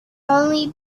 only